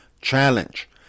challenge